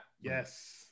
Yes